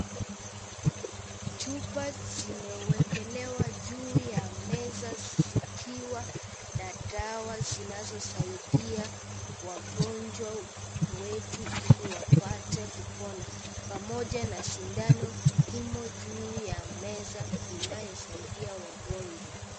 Chupa zimewekelewa juu ya meza zikiwa na dawa zinazosaidia wagonjwa wetu ili wapate kupona pamoja na sindano imo juu ya meza inayosaidia wagonjwa.